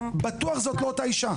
בטוח זו לא אותה אישה.